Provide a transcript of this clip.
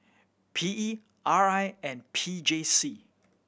P E R I and P J C